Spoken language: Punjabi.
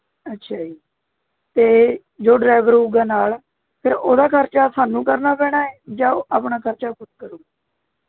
ਅੱਛਾ ਜੀ ਅਤੇ ਜੋ ਡਰਾਈਵਰ ਹੋਵੇਗਾ ਨਾਲ ਫਿਰ ਉਹਦਾ ਖਰਚਾ ਸਾਨੂੰ ਕਰਨਾ ਪੈਣਾ ਹੈ ਜਾਂ ਉਹ ਆਪਣਾ ਖਰਚਾ ਖ਼ੁਦ ਕਰੂ